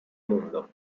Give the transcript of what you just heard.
mundo